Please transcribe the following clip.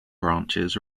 branches